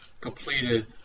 completed